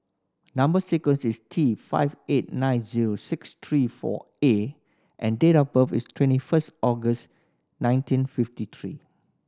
number sequence is T five eight nine zero six three four A and date of birth is twenty first August nineteen fifty three